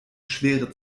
schwere